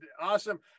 awesome